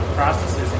processes